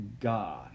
God